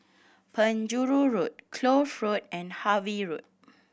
Penjuru Road Kloof Road and Harvey Road